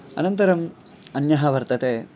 अनन्तरम् अन्यः वर्तते